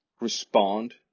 respond